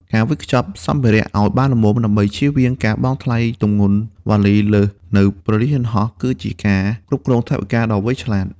ការវេចខ្ចប់សម្ភារៈឱ្យបានល្មម ដើម្បីជៀសវាងការបង់ថ្លៃទម្ងន់វ៉ាលីលើសនៅព្រលានយន្តហោះ គឺជាការគ្រប់គ្រងថវិកាដ៏ឆ្លាតវៃ។